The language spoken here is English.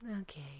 okay